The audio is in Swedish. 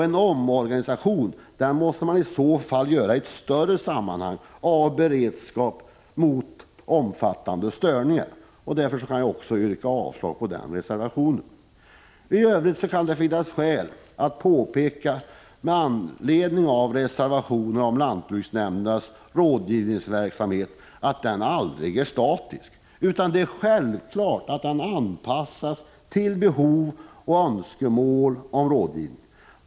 En omorganisation måste i så fall göras i ett större sammanhang som gäller beredskap mot omfattande störningar. Därför yrkar jag avslag på den reservationen. I övrigt kan det finnas skäl att påpeka, med anledning av reservationerna om lantbruksnämndernas rådgivningsverksamhet, att den aldrig är statisk. Det är självklart att den anpassas till önskemålen och behovet av rådgivning.